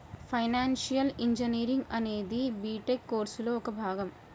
financial engineering అనేది BTech కోర్సులో ఒక భాగం